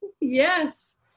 yes